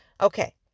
Okay